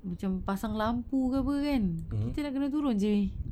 macam pasang lampu ke [pe] kan kita kena nak turun jer